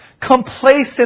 complacent